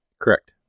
Correct